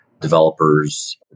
developers